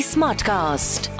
Smartcast